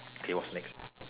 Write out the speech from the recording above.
okay what's next